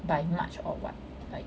by march or what